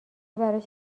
براش